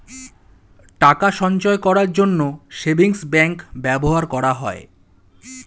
টাকা সঞ্চয় করার জন্য সেভিংস ব্যাংক ব্যবহার করা হয়